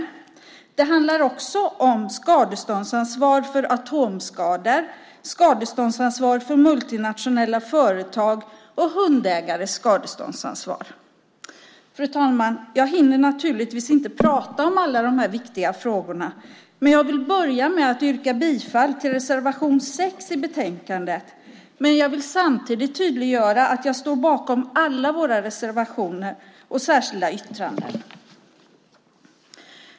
Det handlar också om skadeståndsansvar för atomskador, skadeståndsansvar för multinationella företag och hundägares skadeståndsansvar. Fru talman! Jag hinner naturligtvis inte prata om alla de här viktiga frågorna, men jag börjar med att yrka bifall till reservation 7 i betänkandet. Jag vill samtidigt tydliggöra att jag står bakom alla våra reservationer och särskilda yttranden.